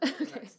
okay